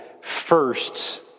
firsts